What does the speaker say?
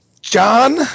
John